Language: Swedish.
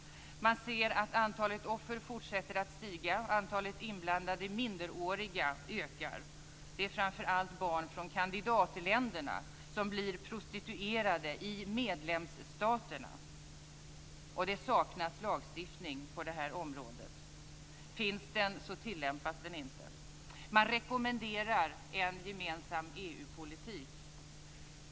Man ser att antalet offer fortsätter att stiga, och antalet inblandade minderåriga ökar. Det är framför allt barn från kandidatländerna som blir prostituerade i medlemsstaterna. Det saknas lagstiftning på det här området och finns den, så tillämpas den inte. Man rekommenderar en gemensam EU-politik.